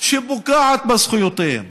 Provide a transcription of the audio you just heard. שפוגעת בזכויותיהם,